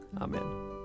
Amen